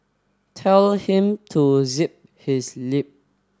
tell him to zip his lip